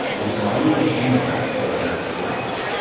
and so i need to handle that failure correctly.